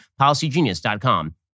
policygenius.com